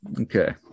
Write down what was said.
okay